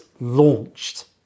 launched